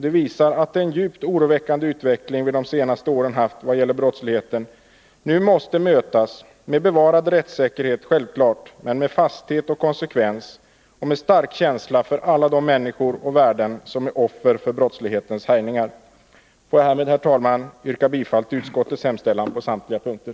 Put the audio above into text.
Det visar att den djupt oroväckande utveckling vi de senaste åren haft vad gäller brottsligheten nu måste mötas med bevarad rättssäkerhet — självfallet — samt med fasthet, konsekvens och stark känsla för alla de människor och värden som är offer för brottslighetens härjningar. Jag får härmed, herr talman, yrka bifall till utskottets hemställan på samtliga punkter.